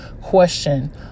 question